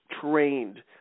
trained